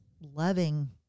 loving